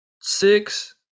six